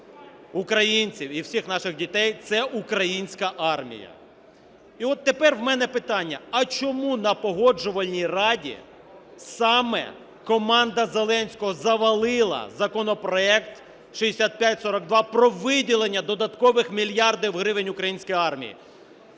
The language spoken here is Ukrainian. українців і всіх наших дітей – це українська армія. І от тепер у мене питання. А чому на Погоджувальній раді саме команда Зеленського завалила законопроект 6542 про виділення додаткових мільярдів гривень українській армії?